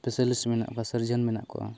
specialist ᱢᱮᱱᱟᱜ ᱠᱚᱣᱟ surgeon ᱢᱮᱱᱟᱜ ᱠᱚᱣᱟ